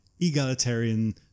egalitarian